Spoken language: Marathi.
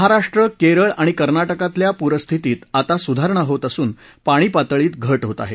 महाराष्ट्र केरळ आणि कर्नाटकातल्या पूरस्थितीत आता सुधारणा होत असून पाणीपातळीत घट होत आहे